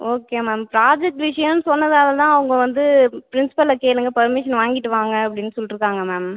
okay ma'am project விஷயம்னு சொன்னதால் தான் அவங்க வந்து பிரின்ஸ்பளை கேளுங்கள் பர்மிசன் வாங்கிவிட்டு வாங்க அப்படின்னு சொல்லிட்ருக்காங்க மேம்